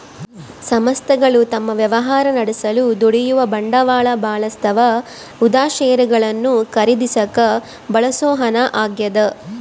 ಸಂಸ್ಥೆಗಳು ತಮ್ಮ ವ್ಯವಹಾರ ನಡೆಸಲು ದುಡಿಯುವ ಬಂಡವಾಳ ಬಳಸ್ತವ ಉದಾ ಷೇರುಗಳನ್ನು ಖರೀದಿಸಾಕ ಬಳಸೋ ಹಣ ಆಗ್ಯದ